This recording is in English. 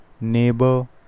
neighbor